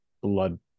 blood